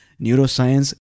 neuroscience